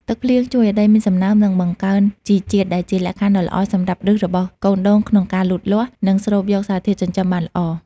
ទឹកភ្លៀងជួយឲ្យដីមានសំណើម និងបង្កើនជីជាតិ ដែលជាលក្ខខណ្ឌដ៏ល្អសម្រាប់ឫសរបស់កូនដូងក្នុងការលូតលាស់ និងស្រូបយកសារធាតុចិញ្ចឹមបានល្អ។